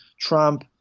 Trump